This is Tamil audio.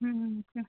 ம் ம் ம் ம்